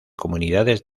comunidades